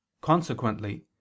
Consequently